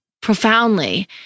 profoundly